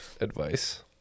advice